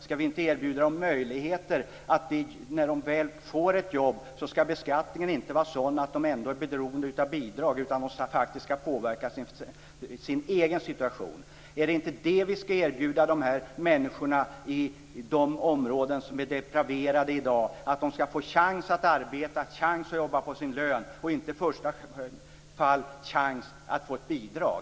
Skall inte beskattningen, när de väl får ett jobb, vara sådan att de inte behöver vara beroende av bidrag utan faktiskt kan påverka sin egen situation? Är det inte det vi skall erbjuda människorna i de områden som är depraverade i dag, att de skall få chans att arbeta, chans att jobba för sin lön och inte i första hand chans att få bidrag?